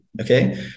okay